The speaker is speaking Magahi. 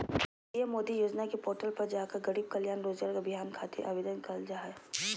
पीएम मोदी योजना के पोर्टल पर जाकर गरीब कल्याण रोजगार अभियान खातिर आवेदन करल जा हय